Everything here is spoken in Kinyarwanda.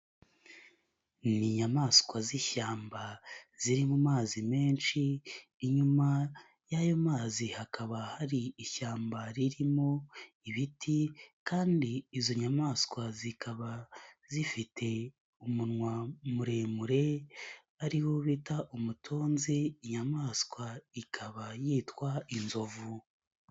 Ni inyamaswa z'ishyamba ziri mu mazi menshi, inyuma y'ayo mazi hakaba hari ishyamba ririmo ibiti kandi izo nyamaswa zikaba zifite umunwa muremure ari wo bita umutunzi, inyamaswa ikaba yitwa inzovu.